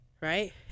right